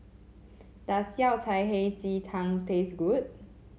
does Yao Cai Hei Ji Tang taste good